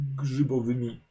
grzybowymi